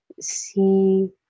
see